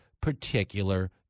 particular